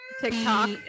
TikTok